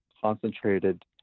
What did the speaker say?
concentrated